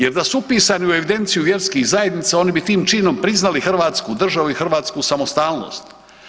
Jer da su upisani u evidenciju vjerskih zajednica oni bi tim činom priznali Hrvatsku državu i hrvatsku samostalnost.